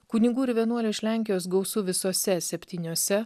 kunigų ir vienuolių iš lenkijos gausu visose septyniose